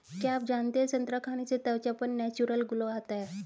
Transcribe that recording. क्या आप जानते है संतरा खाने से त्वचा पर नेचुरल ग्लो आता है?